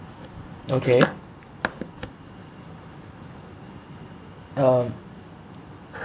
okay um